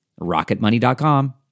rocketmoney.com